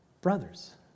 brothers